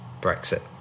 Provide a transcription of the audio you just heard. Brexit